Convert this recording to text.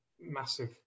massive